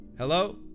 Hello